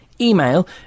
Email